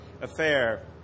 affair